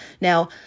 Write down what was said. Now